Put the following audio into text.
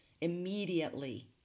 immediately